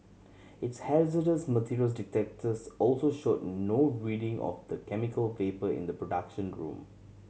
its hazardous materials detectors also showed no reading of the chemical vapour in the production room